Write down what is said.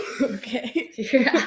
Okay